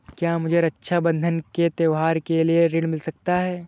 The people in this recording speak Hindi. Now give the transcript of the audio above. क्या मुझे रक्षाबंधन के त्योहार के लिए ऋण मिल सकता है?